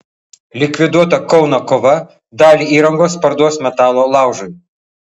likviduota kauno kova dalį įrangos parduos metalo laužui